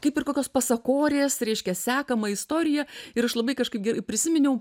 kaip ir kokios pasakorės reiškia sekamą istoriją ir aš labai kažkaip prisiminiau